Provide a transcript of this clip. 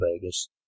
Vegas